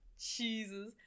Jesus